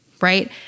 Right